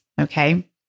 Okay